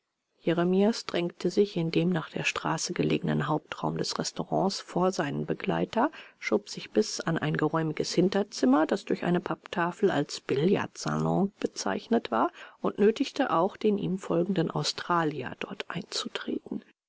jeremias drängte sich in dem nach der straße gelegenen hauptraum des restaurants vor seinen begleiter schob sich bis an ein geräumiges hinterzimmer das durch eine papptafel als billardsalon bezeichnet war und nötigte auch den ihm folgenden australier dort einzutreten